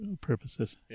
purposes